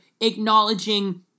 acknowledging